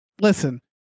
listen